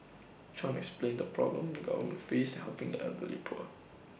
chan explained the problem on face in helping the elderly poor